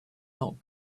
not